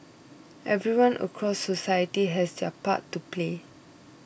everyone across society has their part to play